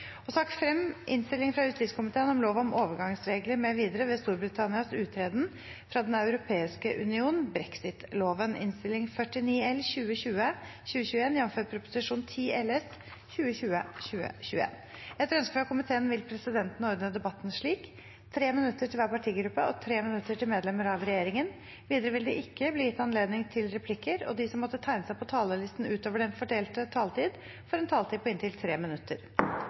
til sak nr. 3. Etter ønske fra justiskomiteen vil sakene nr. 4 og 5 behandles under ett. Etter ønske fra justiskomiteen vil presidenten ordne debatten slik: 3 minutter til hver partigruppe og 3 minutter til medlemmer av regjeringen. Videre vil det ikke bli gitt anledning til replikker, og de som måtte tegne seg på talerlisten utover den fordelte taletid, får en taletid på inntil 3 minutter.